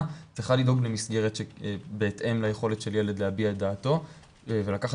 צריכה לדאוג למסגרת בהתאם ליכולת של ילד להביע את דעתו ולקחת